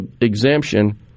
exemption